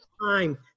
time